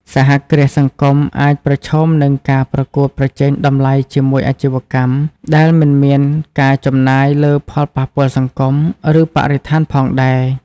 សហគ្រាសសង្គមអាចប្រឈមនឹងការប្រកួតប្រជែងតម្លៃជាមួយអាជីវកម្មដែលមិនមានការចំណាយលើផលប៉ះពាល់សង្គម ឬបរិស្ថានផងដែរ ។